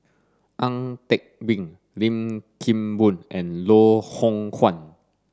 Ang Teck Bee Lim Kim Boon and Loh Hoong Kwan